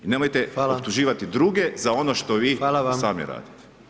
Nemojte optuživati druge, za ono što vi sami radite.